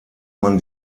man